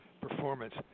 performance